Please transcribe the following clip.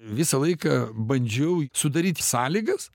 visą laiką bandžiau sudaryti sąlygas